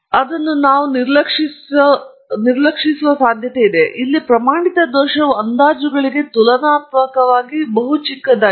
ಆದ್ದರಿಂದ ಇಲ್ಲಿ ಪ್ರಮಾಣಿತ ದೋಷವು ಅಂದಾಜುಗಳಿಗೆ ತುಲನಾತ್ಮಕವಾಗಿ ಚಿಕ್ಕದಾಗಿದೆ